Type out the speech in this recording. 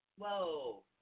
Whoa